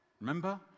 Remember